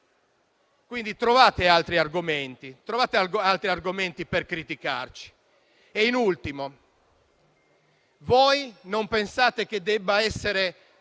Quindi trovate altri argomenti per criticarci. In ultimo, non pensate che debba essere